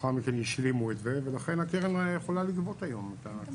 לאחר מכן השלימו את זה ולכן הקרן יכולה לגבות היום.